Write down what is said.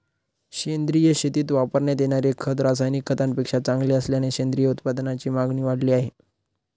सेंद्रिय शेतीत वापरण्यात येणारे खत रासायनिक खतांपेक्षा चांगले असल्याने सेंद्रिय उत्पादनांची मागणी वाढली आहे